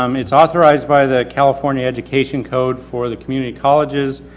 um it's authorized by the california education code for the community colleges,